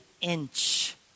inch